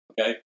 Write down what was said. okay